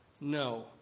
No